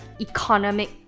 economic